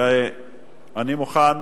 אני מוכן